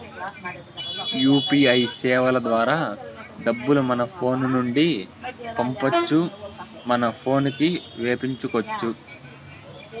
UPI సేవల ద్వారా డబ్బులు మన ఫోను నుండి పంపొచ్చు మన పోనుకి వేపించుకొచ్చు